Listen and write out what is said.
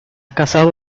casado